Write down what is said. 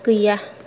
गैया